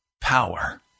power